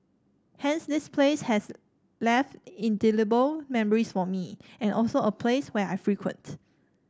hence this place has left indelible memories for me and also a place where I frequent